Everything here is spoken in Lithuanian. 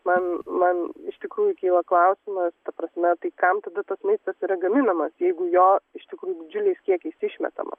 man man iš tikrųjų kyla klausimas ta prasme tai kam tada tas maistas yra gaminamas jeigu jo iš tikrųjų didžiuliais kiekiais išmetama